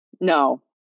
No